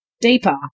deeper